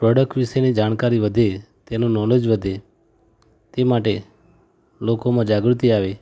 product વિશેની જાણકારી વધે તેનું નૉલેજ વધે તે માટે લોકોમાં જાગૃતિ આવે